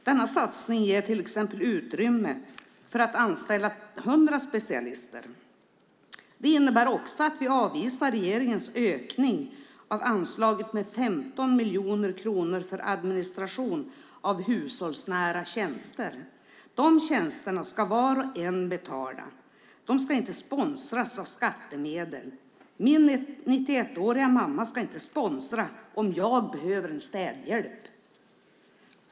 Denna satsning ger till exempel utrymme för att anställa 100 specialister. Det innebär också att vi avvisar regeringens ökning av anslaget med 15 miljoner kronor för administration av hushållsnära tjänster. De tjänsterna ska var och en betala. De ska inte sponsras av skattemedel. Min 91-åriga mamma ska inte sponsra om jag behöver en städhjälp.